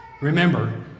Remember